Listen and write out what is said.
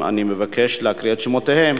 שואלים, ואני מבקש להקריא את שמותיהם.